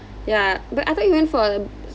ya but I thought you went for a